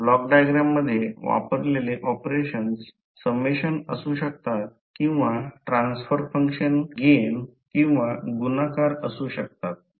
block diagram मध्ये वापरलेले operations summation असू शक्तात किंवा ट्रान्सफर फंक्शन चे गेन किंवा गुणाकार असू शक्तात